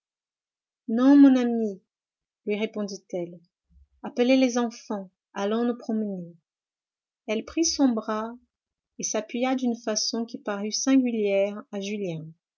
non mon ami lui répondit-elle appelez les enfants allons nous promener elle prit son bras et s'appuya d'une façon qui parut singulière à julien